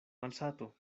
malsato